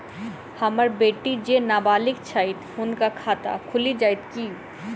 हम्मर बेटी जेँ नबालिग छथि हुनक खाता खुलि जाइत की?